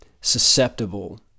susceptible